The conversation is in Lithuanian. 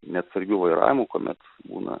neatsargiu vairavimu kuomet būna